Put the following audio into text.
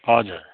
हजुर